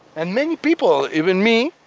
and many people, even me,